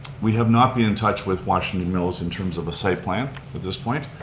we have not been in touch with washington mills in terms of a site plan, at this point.